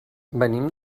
venim